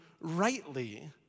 rightly